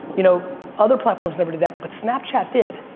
you know other platforms never did that but snapchat did.